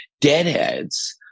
Deadheads